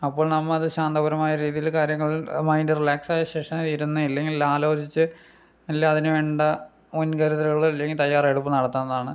അപ്പോൾ നമ്മൾ അത് ശാന്തപരമായ രീതിയിൽ കാര്യങ്ങൾ മൈൻഡ് റിലേക്സസായ ശേഷം ഇരുന്ന ഇല്ലെങ്കിൽ ആലോചിച്ചു അല്ലേ അതിനു വേണ്ട മുൻകരുതലുകളോ അല്ലെങ്കിൽ തയ്യാറെടുപ്പോ നടത്താവുന്നതാണ്